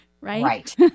Right